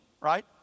right